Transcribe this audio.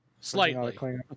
Slightly